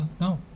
No